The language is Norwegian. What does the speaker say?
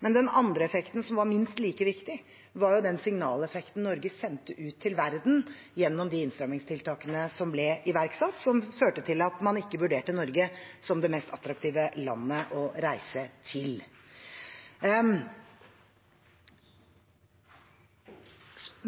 Den andre effekten, som var minst like viktig, var den signaleffekten Norge sendte ut til verden gjennom de innstrammingstiltakene som ble iverksatt, som førte til at man ikke vurderte Norge som det mest attraktive landet å reise til.